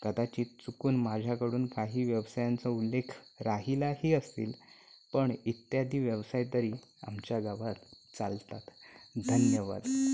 कदाचित चुकून माझ्याकडून काही व्यवसायांचा उल्लेख राहिलाही असील पण इत्यादी व्यवसाय तरी आमच्या गावात चालतात धन्यवाद